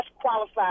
qualified